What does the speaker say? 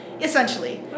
Essentially